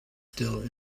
still